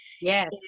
Yes